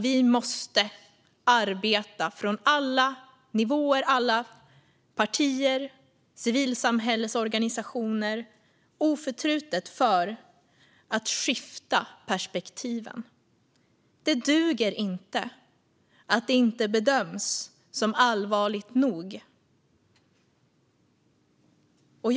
Vi måste jobba oförtrutet på alla nivåer, inom alla partier och i alla civilsamhällesorganisationer för att skifta perspektiven. Det duger inte att det inte bedöms som allvarligt nog. Fru talman!